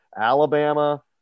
Alabama